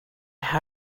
how